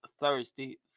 thirsty